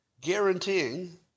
guaranteeing